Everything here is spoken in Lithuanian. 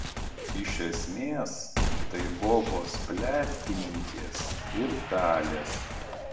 iš esmės tai bobos pletkininkės ir kalės